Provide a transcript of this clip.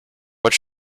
what